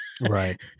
Right